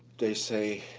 they say,